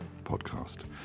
Podcast